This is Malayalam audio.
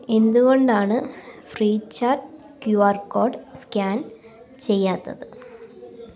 എന്തുകൊണ്ടാണ് ഫ്രീ റീചാർജ് ക്യൂആർ സ്കാൻ ചെയ്യാത്തത്